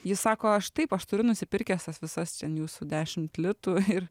jis sako aš taip aš turiu nusipirkęs tas visas jūsų dešimt litų ir